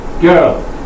girl